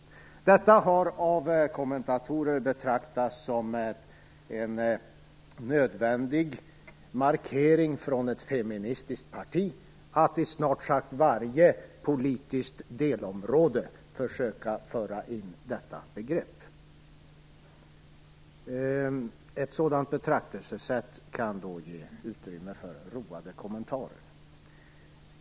Detta har av kommentatorer betraktats som en nödvändig markering från ett feministiskt parti. Man har sett det som att vi i snart sagt varje politiskt delområde har försökt föra in detta begrepp. Ett sådant betraktelsesätt kan då ge utrymme för roade kommentarer.